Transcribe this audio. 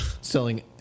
Selling